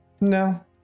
No